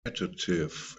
competitive